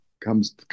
comes